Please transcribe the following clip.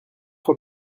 fois